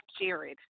Jared